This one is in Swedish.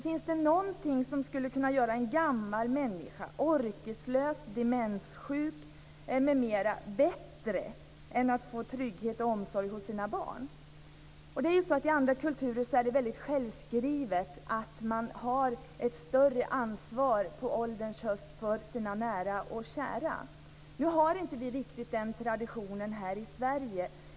Finns det någonting som skulle kunna göra en gammal orkeslös människa, demenssjuk m.m., bättre än att få trygghet och omsorg hos sina barn? I andra kulturer är det självskrivet att man har ett större ansvar för sina nära och kära på deras ålders höst. Vi har inte riktigt den traditionen här i Sverige.